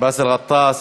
באסל גטאס,